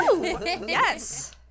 Yes